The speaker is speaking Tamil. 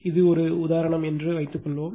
இது ஒரு உதாரணம் என்று வைத்துக்கொள்வோம்